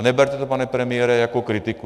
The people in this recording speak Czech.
Neberte to, pane premiére, jako kritiku.